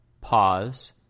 Pause